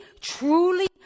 truly